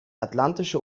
atlantische